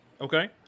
Okay